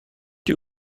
die